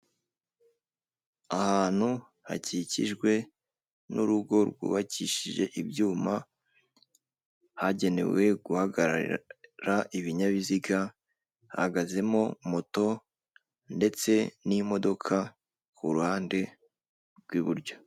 Ahantu hakikijwe n'urugo rwubakishije ibyuma hagenewe guhagara ibinyabiziga, hahagazemo moto ndetse n'imodoka ku ruhande rw'iburyo.